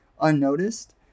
unnoticed